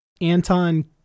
Anton